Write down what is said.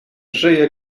żyje